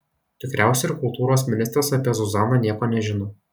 tikriausiai ir kultūros ministras apie zuzaną nieko nežino